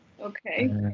Okay